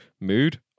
mood